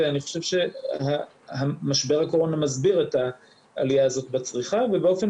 אני חושב שמשבר הקורונה מסביר את העלייה הזאת בצריכה ובאופן